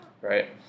right